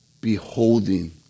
beholding